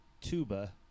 Tuba